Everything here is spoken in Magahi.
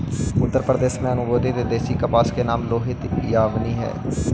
उत्तरप्रदेश में अनुमोदित देशी कपास के नाम लोहित यामली हई